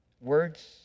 words